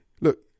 look